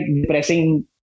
depressing